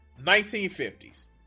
1950s